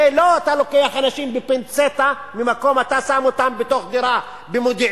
זה לא שאתה לוקח אנשים בפינצטה ממקום ואתה שם אותם בתוך דירה במודיעין,